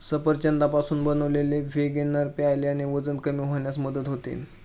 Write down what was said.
सफरचंदापासून बनवलेले व्हिनेगर प्यायल्याने वजन कमी होण्यास मदत होते